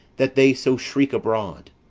that they so shriek abroad?